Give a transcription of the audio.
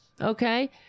okay